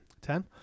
Ten